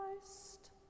Christ